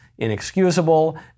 inexcusable